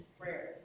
prayer